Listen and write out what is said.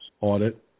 audit